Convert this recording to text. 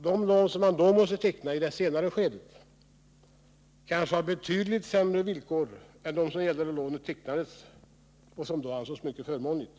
De lån som | man måste teckna i det senare skedet har kanske betydligt sämre villkor än de som gällde när det ursprungliga lånet tecknades och som då ansågs som mycket förmånliga.